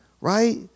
Right